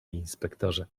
inspektorze